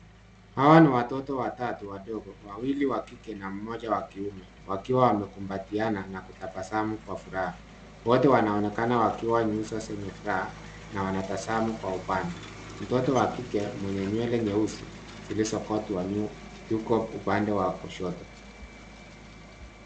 Hawa ni watoto watatu wadogo, wawili wa kike na mmoja wa kiume wakiwa wamekumbatiana na kutabasamu kwa furaha. Wote wanaonekana wakiwa nyuso zenye furaha na wanatasamu kwa upana. Mtoto wa kike mwenye nywele nyeusi zilizokotwa juu yuko upande wa kushoto.